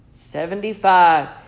Seventy-five